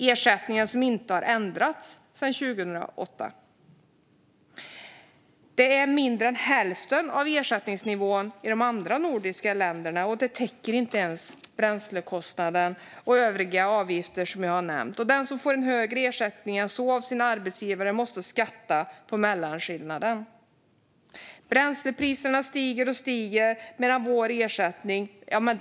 Ersättningen, som alltså inte har ändrats sedan 2008, är mindre än hälften av ersättningen i de andra nordiska länderna. Den täcker inte ens bränslekostnaden och övriga avgifter, som jag har nämnt, och den som får en högre ersättning än så av sin arbetsgivare måste skatta på mellanskillnaden. Bränslepriserna stiger och stiger medan ersättningen står still.